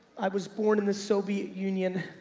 i was born in the soviet union,